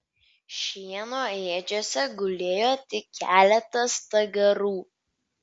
šieno ėdžiose gulėjo tik keletas stagarų